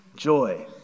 Joy